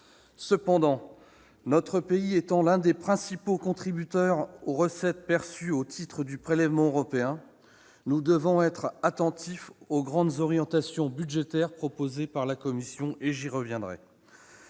Cependant, notre pays étant l'un des principaux contributeurs aux recettes perçues au titre du prélèvement européen, nous devons être attentifs aux grandes orientations budgétaires proposées par la Commission- j'y reviendrai.